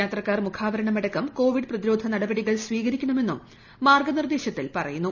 യാത്രക്കാർ മുഖാവരണം അടക്കം കോവിഡ് പ്രതിരോധ നടപടികൾ സ്വീകരിക്കണമെന്നും മാർഗനിർദ്ദേശത്തിൽ പറയുന്നു